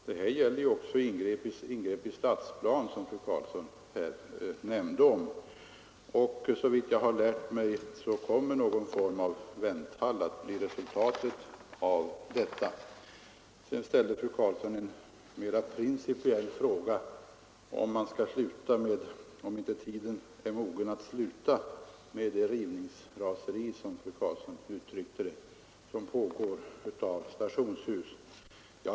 Det här gäller ju också ingrepp i stadsplan, som fru Karlsson nämnde, och enligt vad jag lärt mig kommer någon form av vänthall att bli resultatet. Sedan ställde fru Karlsson en mera principiell fråga om inte tiden är mogen att stoppa rivningsraseriet, som fru Karlsson uttryckte sig, när det gäller stationshus.